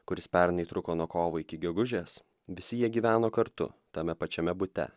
kuris pernai truko nuo kovo iki gegužės visi jie gyveno kartu tame pačiame bute